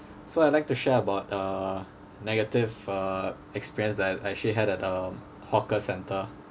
so I like to share about uh negative uh experience that I've actually had at um hawker centre